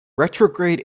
retrograde